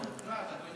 האבא היה הלום קרב,